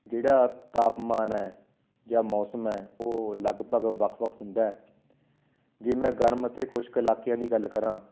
ਜਿਹੜਾ ਤਾਪਮਾਨ ਹੈ ਜਾਂ ਮੌਸਮ ਹੈ ਉਹ ਲਗਭਗ ਵੱਖ ਵੱਖ ਹੁੰਦਾ ਜੇ ਮੈਂ ਗਰਮ ਅਤੇ ਖੁਸ਼ਕ ਇਲਾਕਿਆਂ ਦੀ ਗੱਲ ਕਰਾਂ